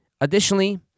Additionally